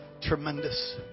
tremendous